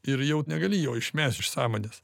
ir jau negali jo išmest iš sąmonės